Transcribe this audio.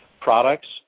products